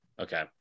Okay